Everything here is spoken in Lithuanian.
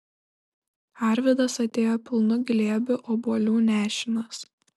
arvydas atėjo pilnu glėbiu obuolių nešinas